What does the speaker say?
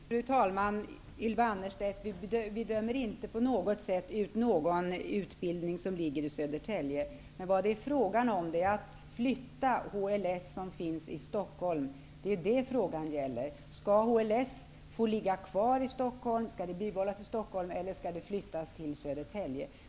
Fru talman! Vi dömer inte på något sätt ut någon utbildning som ligger i Södertälje. Vad det är fråga om är att flytta HLS, som finns i Stockholm. Det är vad frågan gäller. Skall HLS få ligga kvar i Stockholm, eller skall den flyttas till Södertälje?